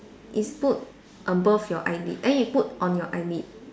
it's put above your eyelid eh you put on your eyelid